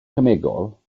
cemegol